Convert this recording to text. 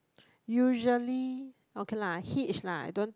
usually okay lah hitch lah I don't